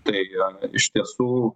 taigi iš tiesų